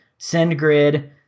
SendGrid